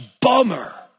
bummer